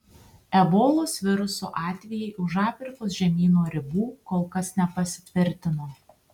ebolos viruso atvejai už afrikos žemyno ribų kol kas nepasitvirtino